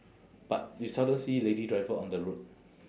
but you seldom see lady driver on the road